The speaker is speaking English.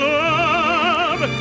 love